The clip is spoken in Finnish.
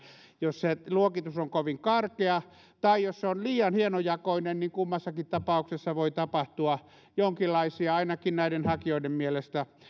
jos se luokitus on kovin karkea tai jos se on liian hienojakoinen niin kummassakin tapauksessa voi tapahtua jonkinlaisia ainakin näiden hakijoiden mielestä